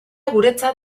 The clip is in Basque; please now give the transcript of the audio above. guretzat